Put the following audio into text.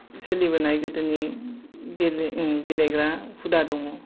सोलिबोनाय गोदोनि गेलेग्रा हुदा दङ'